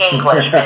English